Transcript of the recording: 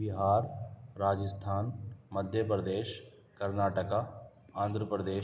Bihar Rajasthan Madhya Pradesh Karnataka Andhra Pradesh